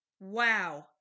Wow